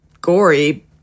gory